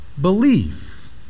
belief